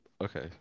Okay